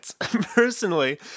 Personally